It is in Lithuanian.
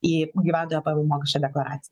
į gyventojo pajamų mokesčio deklaraciją